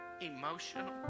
emotional